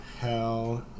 Hell